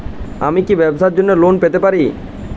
আমি কি ব্যবসার জন্য লোন পেতে পারি?